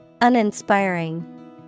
Uninspiring